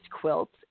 quilts